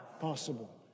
possible